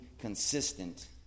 consistent